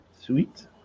Sweet